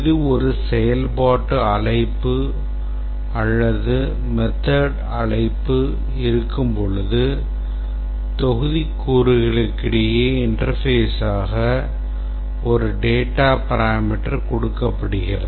இது ஒரு செயல்பாடு அழைப்பு அல்லது method அழைப்பு இருக்கும்போது தொகுதிக்கூறுகளிடையே interface ஆக ஒரு data பராமீட்டர் கொடுக்கப்படுகிறது